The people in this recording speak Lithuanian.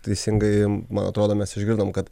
teisingai man atrodo mes išgirdom kad